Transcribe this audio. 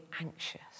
anxious